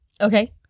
Okay